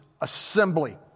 assembly